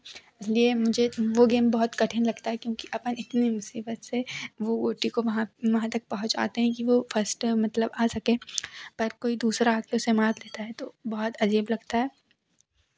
इसलिए मुझे वह गेम बहुत कठिन लगता है क्योंकि अपन इतनी मुसीबत से वह गोटी को वहाँ वहाँ तक पहुँचाते कि वह फस्ट मतलब आ सके पर कोई दूसरा आकर उसके माल देता है तो बहुत अजीब लगता है